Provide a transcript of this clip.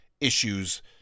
issues